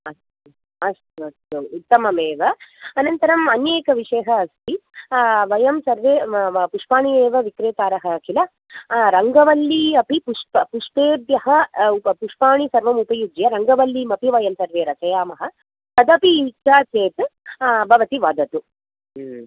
अस्तु अस्तु अस्तु उत्तममेव अनन्तरम् अन्यः एकः विषयः अस्ति वयं सर्वे पुष्पाणि एव विक्रेतारः किल रङ्गवल्ली अपि पुष्प पुष्पेभ्यः पुष्पाणि सर्वमुपयुज्य रङ्गवल्लीमपि वयं सर्वे रचयामः तदपि इच्छा चेत् भवती वदतु